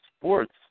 sports